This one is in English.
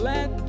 Let